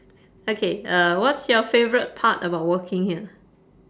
okay uh what's your favourite part about working here